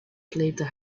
sleepte